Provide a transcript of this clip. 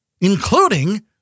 including